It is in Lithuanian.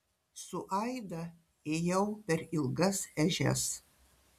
su aida ėjau per ilgas ežias